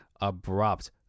abrupt